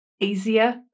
easier